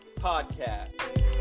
podcast